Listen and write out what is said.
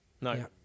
No